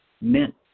meant